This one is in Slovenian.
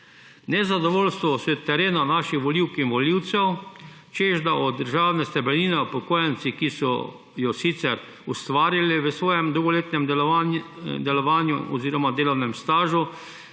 Nezadovoljstvo s terena, naših volivk in volivcem, češ da od državne srebrnine upokojenci, ki so jo sicer ustvarili v svojem dolgoletnem delovanju oziroma delovnem stažu,